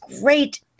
great